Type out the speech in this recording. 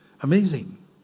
Amazing